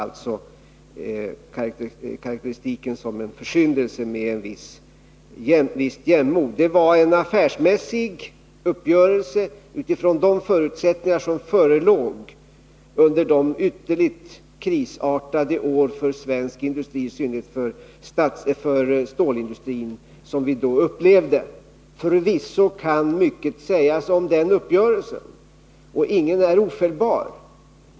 Att detta karakteriseras som en försyndelse tar jag alltså med visst jämnmod. Det var en affärsmässig uppgörelse utifrån de förutsättningar som förelåg under de ytterligt krisartade år för svensk industri, i synnerhet för stålindustrin, som vi då upplevde. Förvisso kan mycket sägas om den uppgörelsen. Och ingen är ofelbar.